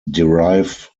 derive